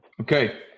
Okay